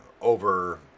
over